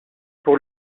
pour